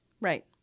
Right